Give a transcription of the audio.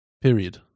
period